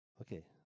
Okay